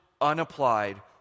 unapplied